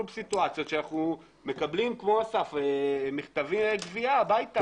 בסיטואציות שאנחנו מקבלים כמו אסף מכתבי גבייה הביתה.